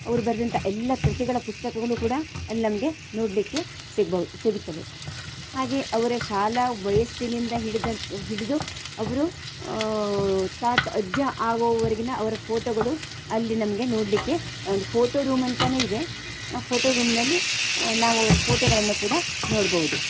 ಅವ್ರು ಬರೆದಂಥ ಎಲ್ಲ ಕೃತಿಗಳ ಪುಸ್ತಕಗಳು ಕೂಡ ಅಲ್ಲಿ ನಮಗೆ ನೋಡಲಿಕ್ಕೆ ಸಿಗ್ಬೌದು ಸಿಗುತ್ತವೆ ಹಾಗೇ ಅವರ ಶಾಲಾ ವಯಸ್ಸಿನಿಂದ ಹಿಡಿದಂತ ಹಿಡಿದು ಅವರು ತಾತ ಅಜ್ಜ ಆಗೋವರೆಗಿನ ಅವರ ಫೋಟೋಗಳು ಅಲ್ಲಿ ನಮಗೆ ನೋಡಲಿಕ್ಕೆ ಒಂದು ಫೋಟೋ ರೂಮ್ ಅಂತನೇ ಇದೆ ಆ ಫೋಟೋ ರೂಮ್ನಲ್ಲಿ ನಾವು ಅವ್ರ ಫೋಟೋಗಳನ್ನು ಕೂಡ ನೋಡ್ಬೌದು